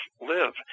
live